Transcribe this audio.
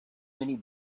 many